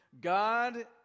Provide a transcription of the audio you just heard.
God